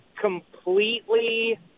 completely